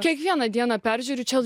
kiekvieną dieną peržiūriu čia